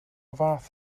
fath